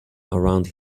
around